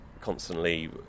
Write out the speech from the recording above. constantly